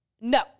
No